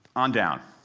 on down.